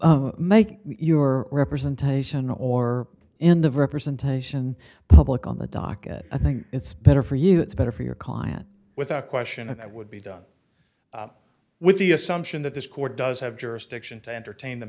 will make your representation or in the representation public on the docket i think it's better for you it's better for your client without question and that would be done with the assumption that this court does have jurisdiction to entertain the